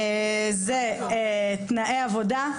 זה תנאי עבודה.